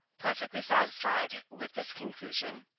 perfectly satisfied with this conclusion,